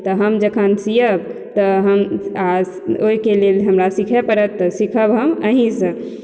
तऽ हम जखन सियब तऽ हम आ ओहिके लेल हमरा सिखहे परत तऽ सिखब हम अहींसँ